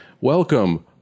welcome